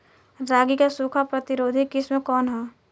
रागी क सूखा प्रतिरोधी किस्म कौन ह?